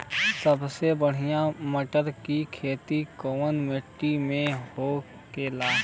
सबसे बढ़ियां मटर की खेती कवन मिट्टी में होखेला?